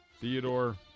Theodore